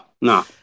no